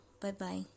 Bye-bye